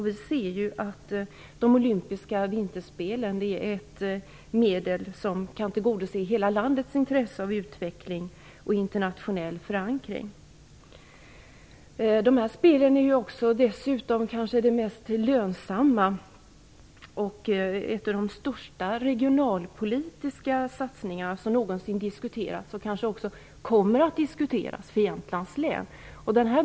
Vi ser att de olympiska vinterspelen är ett medel för att tillgodose hela landets intresse för utveckling och internationell förankring. De olympiska spelen är kanske de mest lönsamma och en av de största regionalpolitiska satsningar som någonsin har diskuterats och kommer att diskuteras för Jämtlands del.